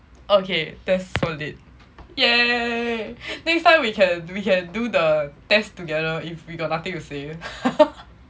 okay that's worth it !yay! next time we can we can do the test together if we got nothing to say